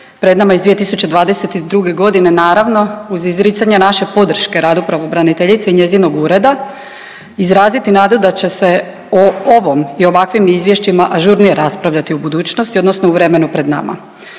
pred nama iz 2022.g. naravno uz izricanje naše podrške radu pravobraniteljice i njezinog ureda, izraziti nadu da će se o ovom i ovakvim izvješćima ažurnije raspravljati u budućnosti odnosno u vremenu pred nama.